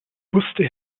wusste